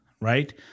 right